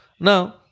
Now